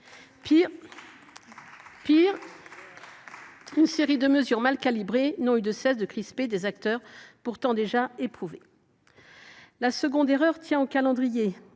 Pis, une série de mesures mal calibrées n’ont eu de cesse de crisper des acteurs déjà éprouvés. La seconde erreur tient au calendrier.